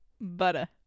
Butter